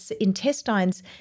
intestines